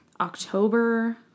October